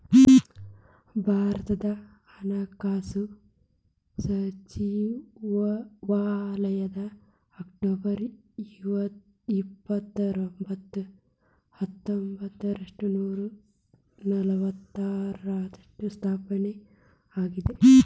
ಭಾರತದ ಹಣಕಾಸು ಸಚಿವಾಲಯ ಅಕ್ಟೊಬರ್ ಇಪ್ಪತ್ತರೊಂಬತ್ತು ಹತ್ತೊಂಬತ್ತ ನೂರ ನಲವತ್ತಾರ್ರಾಗ ಸ್ಥಾಪನೆ ಆಗ್ಯಾದ